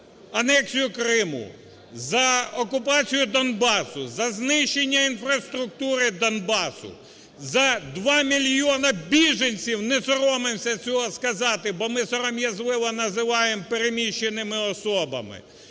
анексію Криму, за окупацію Донбасу, за знищення інфраструктури Донбасу, за 2 мільйони біженців – не соромимося цього сказати, бо ми сором'язливо називаємо переміщеними особами,